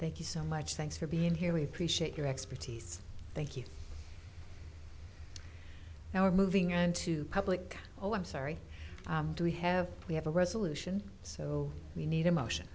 thank you so much thanks for being here we appreciate your expertise thank you now are moving into public oh i'm sorry do we have we have a resolution so we need a motion